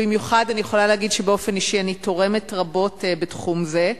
במיוחד אני יכולה להגיד שבאופן אישי אני תורמת רבות בתחום זה: